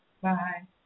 Bye